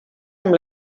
amb